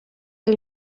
del